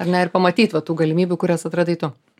ar ne ir pamatyt va tų galimybių kurias atradai tu